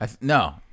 No